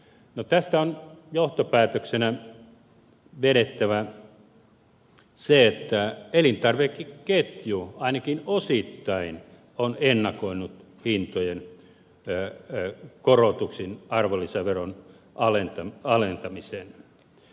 no tästä on johtopäätöksenä vedettävä se että elintarvikeketju ainakin osittain on ennakoinut hintojen korotuksin arvonlisäveron alentamisen